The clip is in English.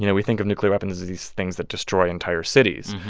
you know we think of nuclear weapons as these things that destroy entire cities.